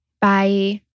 Bye